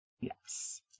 Yes